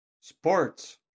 Sports